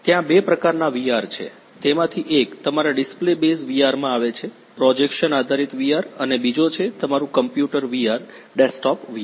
ત્યાં બે પ્રકારનાં VR છે તેમાંથી એક તમારા ડિસ્પ્લે બેઝ વીઆર માં આવે છે પ્રોજેક્શન આધારિત VR અને બીજો છે તમારું કમ્પ્યુટર VR ડેસ્કટોપ VR